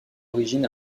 l’origine